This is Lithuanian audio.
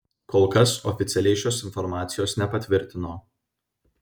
kol kas oficialiai šios informacijos nepatvirtino